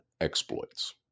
exploits